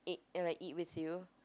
eat eat like eat with you